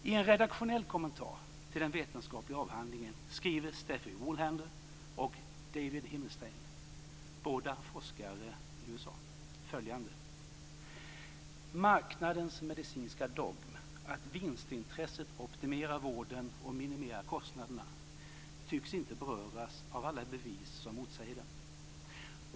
I en redaktionell kommentar till den vetenskapliga avhandlingen skriver Steffie Woolhandler och David Himmelstein, båda forskare i USA, följande: Marknadens medicinska dogm att vinstintresse optimerar vården och minimerar kostnaderna tycks inte beröras av alla bevis som motsäger den.